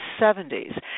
70s